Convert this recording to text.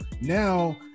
now